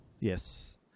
Yes